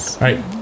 right